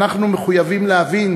ואנחנו מחויבים להבין